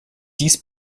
dies